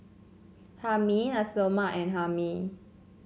Hae Mee Nasi Lemak and Hae Mee